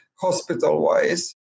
hospital-wise